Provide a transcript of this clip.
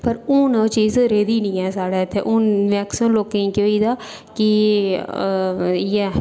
पर ओह् हून चीज़ रेही दी निं ऐ साढ़े इत्थै हून मेक्सीमम लोकें गी केह् होई दा कि इ'यै